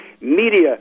media